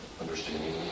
understanding